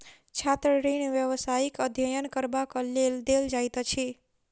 छात्र ऋण व्यवसायिक अध्ययन करबाक लेल देल जाइत अछि